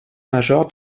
major